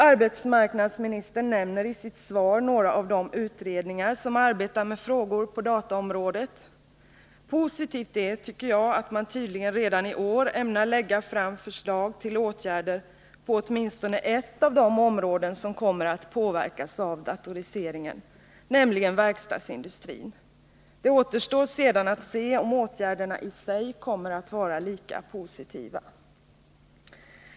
Arbetsmarknadsministern nämner i sitt svar några av de utred:iingar som arbetar med frågor på dataområdet. Positivt är, tycker jag, att man tydligen redan i år ämnar lägga fram förslag till åtgärder på åtminstone ett av de områden som kommer att påverkas av datoriseringen, nämligen verkstadsindustrin. Det återstår sedan att se om åtgärderna i sig kommer att vara lika positiva.